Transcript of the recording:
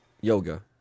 Yoga